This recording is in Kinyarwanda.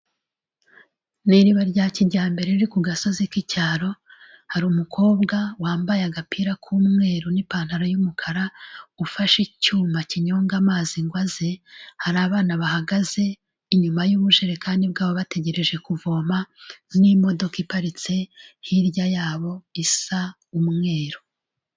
Ni iriba rya kijyambere riri ku gasozi k'icyaro, hari umukobwa wambaye agapira k'umweru n'ipantaro y'umukara ufashe icyuma kinyonga amazi ngo aze. Hari abana bahagaze inyuma y'ubujerekani bwabo bategereje kuvoma n'imodoka iparitse hirya yabo isa umweru.